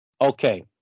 Okay